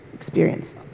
experience